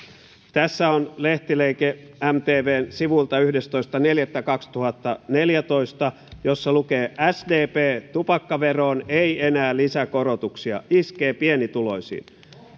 tässä on lehtileike mtvn sivuilta yhdestoista neljättä kaksituhattaneljätoista jossa lukee sdp tupakkaveroon ei enää lisäkorotuksia iskee pienituloisiin